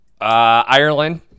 Ireland